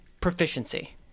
Proficiency